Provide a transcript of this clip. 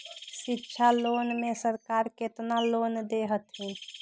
शिक्षा लोन में सरकार केतना लोन दे हथिन?